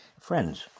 Friends